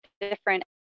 different